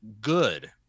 good